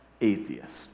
atheist